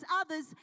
others